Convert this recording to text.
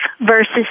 versus